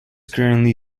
currently